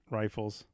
rifles